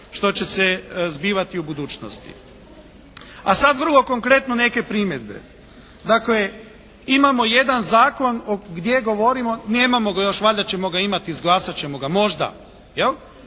što će se zbivati u budućnosti. A sad vrlo konkretno neke primjedbe. Dakle, imamo jedan zakon gdje govorimo, nemamo ga još, valjda ćemo ga imati, izglasat ćemo ga možda.